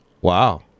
Wow